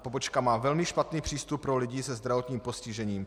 Pobočka má velmi špatný přístup pro lidi se zdravotním postižením.